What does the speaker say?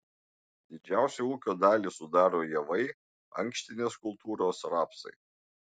didžiausią ūkio dalį sudaro javai ankštinės kultūros rapsai